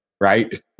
right